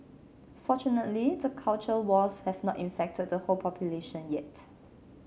fortunately the culture wars have not infected the whole population yet